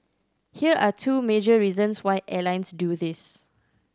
here are two major reasons why airlines do this